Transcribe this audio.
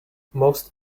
most